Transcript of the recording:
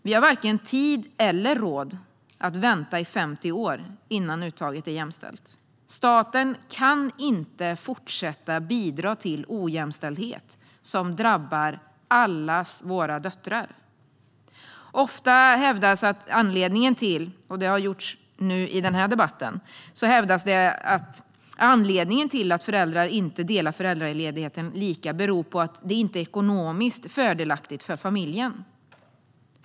Vi har varken tid eller råd att vänta i 50 år. Staten kan inte fortsätta bidra till ojämställdhet som drabbar allas våra döttrar. Ofta hävdas det - det har gjorts även här i debatten - att anledningen till att föräldrar inte delar föräldraledigheten lika är att det inte är ekonomiskt fördelaktigt för familjen.